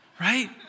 Right